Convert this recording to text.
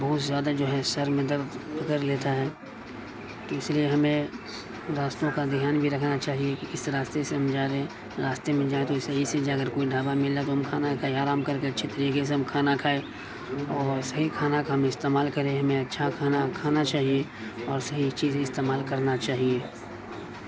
بہت زیادہ جو ہے سر میں درد دھر لیتا ہے تو اس لیے ہمیں راستوں کا دھیان بھی رکھنا چاہیے کہ کس راستے سے ہم جا رہے راستے میں جائیں تو صحیح سے جاکر کوئی ڈھابہ مل جائے تو ہم کھانا کھائیں آرام کر کے اچھی طریقے سے ہم کھانا کھائے اور صحیح کھانا کا ہم استعمال کریں ہمیں اچھا کھانا کھانا چاہیے اور صحیح چیز استعمال کرنا چاہیے